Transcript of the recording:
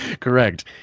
Correct